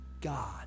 God